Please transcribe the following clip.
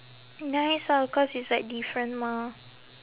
nice ah cause it's like different mah